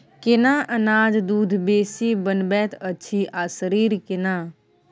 केना अनाज दूध बेसी बनबैत अछि आ शरीर केना?